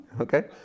Okay